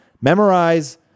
memorize